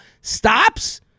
stops